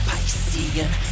Piscean